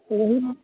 यहीमे